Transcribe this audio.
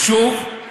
השר,